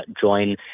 join